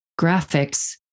graphics